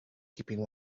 keeping